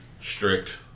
strict